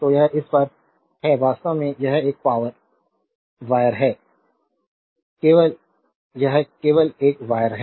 तो यह इस पर है वास्तव में यह एक वायर है केवल यह केवल एक वायर है